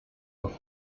auf